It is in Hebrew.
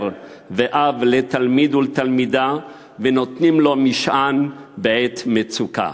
ואב לתלמיד ולתלמידה ונותנים לו משען בעת מצוקה.